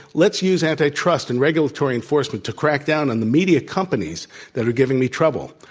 let's use anti-trust and regulatory enforcement to crack down on the media companies that are giving me trouble.